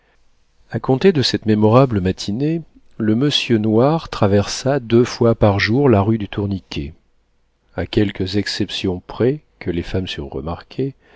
a compter de cette mémorable matinée le monsieur noir traversa deux fois par jour la rue du tourniquet à quelques exceptions près que les deux femmes surent remarquer